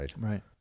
right